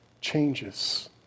changes